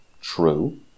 true